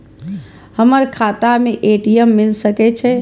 हमर खाता में ए.टी.एम मिल सके छै?